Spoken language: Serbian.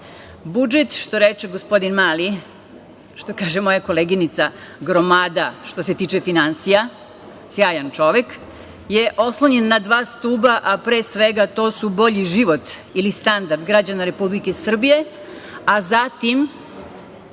3,5%.Budžet, što reče gospodin Mali, što kaže moja koleginica, gromada što se tiče finansija, sjajan čovek, je oslonjen na dva stuba, a pre svega to su bolji život ili standard građana Republike Srbije, a zatim